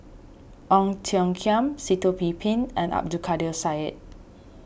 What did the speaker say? Ong Tiong Khiam Sitoh Yih Pin and Abdul Kadir Syed